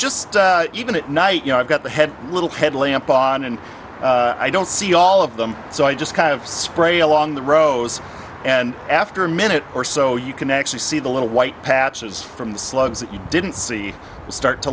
just even at night you know i've got the head little head lamp on and i don't see all of them so i just kind of spray along the rows and after a minute or so you can actually see the little white patches from the slugs that you didn't see start to